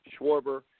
Schwarber